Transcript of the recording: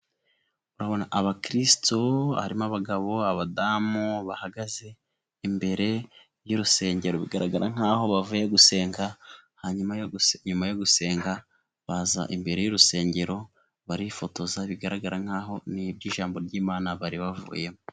Ndabona abakiristo, harimo abagabo, abadamu, bahagaze, imbere y'urusengero bigaragara nk'aho bavuye gusenga, hanyuma nyuma yo gusenga baza imbere y'urusengero, barifotoza bigaragara nk'aho n'iby'ijambo ry'imana bari bavuyemo.